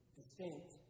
distinct